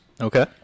Okay